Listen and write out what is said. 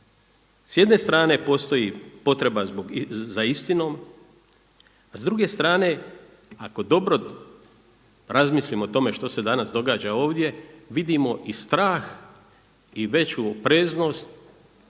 S jedne strane postoji potreba za istinom a s druge strane ako dobro razmislimo o tome što se danas događa ovdje vidimo i strah i veću opreznost